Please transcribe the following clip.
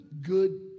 good